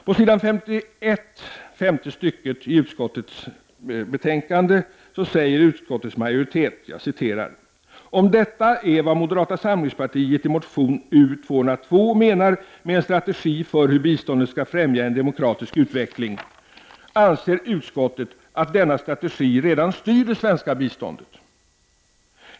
På s. 51 stycke 5 i utskottets betänkande säger utskottsmajoriteten följande: ”Om detta är vad moderata samlingspartiet i motion U202 menar med en strategi för hur biståndet skall främja en demokratisk utveckling anser utskottet att denna strategi redan styr det svenska biståndet.